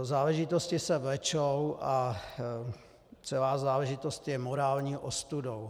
Záležitosti se vlečou a celá záležitost je morální ostudou.